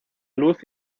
luz